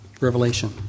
Revelation